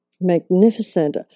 Magnificent